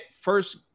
first